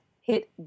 hit